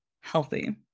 healthy